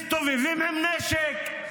מסתובבים עם נשק.